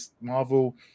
Marvel